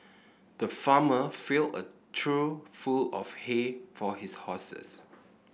the farmer filled a trough full of hay for his horses